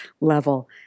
level